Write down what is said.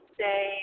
say